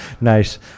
nice